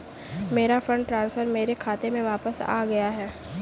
मेरा fund transfer मेरे खाते में वापस आ गया है